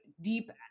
deep